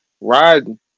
riding